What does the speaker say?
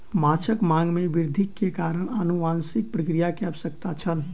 माँछक मांग में वृद्धि के कारण अनुवांशिक प्रक्रिया के आवश्यकता छल